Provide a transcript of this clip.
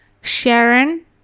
Sharon